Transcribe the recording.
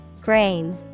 grain